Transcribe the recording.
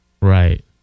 Right